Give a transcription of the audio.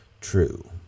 True